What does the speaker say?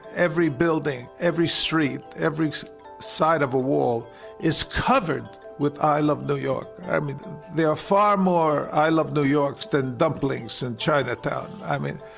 every building, every street, every side of a wall is covered with i love new york. i mean there are far more i love new york's than dumplings in chinatown. i mean,